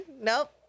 Nope